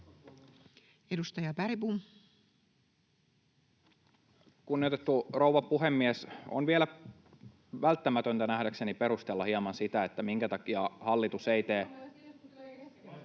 Content: Kunnioitettu rouva puhemies! On vielä välttämätöntä nähdäkseni perustella hieman sitä, minkä takia hallitus ei tee...